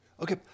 Okay